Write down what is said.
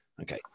okay